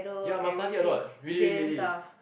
ya must study a lot really really really